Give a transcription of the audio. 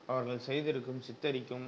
அவர்கள் செய்திருக்கும் சித்தரிக்கும்